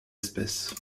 espèce